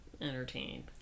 entertained